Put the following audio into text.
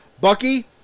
Bucky